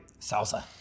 Salsa